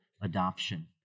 adoption